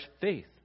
faith